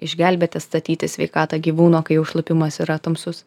išgelbėti atstatyti sveikatą gyvūno kai jau šlapimas yra tamsus